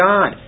God